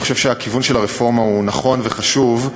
אני חושב שהכיוון של הרפורמה הוא נכון וחשוב,